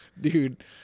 Dude